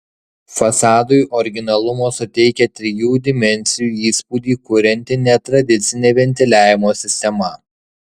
fasadui originalumo suteikia trijų dimensijų įspūdį kurianti netradicinė ventiliavimo sistema